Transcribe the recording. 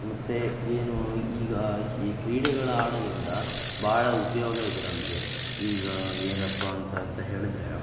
ಮತ್ತು ಏನು ಈಗ ಈ ಕ್ರೀಡೆಗಳು ಆಡೋದ್ರಿಂದ ಭಾಳ ಉಪಯೋಗ ಇದೆ ನಮಗೆ ಈಗ ಏನಪ್ಪ ಅಂತ ಅಂತ ಹೇಳಿದ್ರೆ